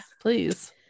Please